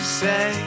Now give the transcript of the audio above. say